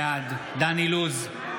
בעד דן אילוז,